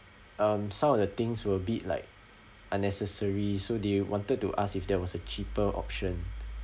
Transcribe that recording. um some of the things were a bit like unnecessary so they wanted to ask if there was a cheaper option